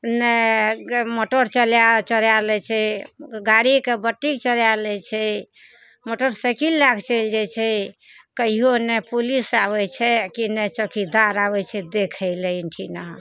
नहि मोटर चोरा चोरया लै छै गाड़ीके बत्ती चोराय लै छै मोटर साइकिल लए कऽ चलि जाइ छै कहियो ने पुलिस आबय छै कि ने चौकीदार आबय छै देखय लए अइठिना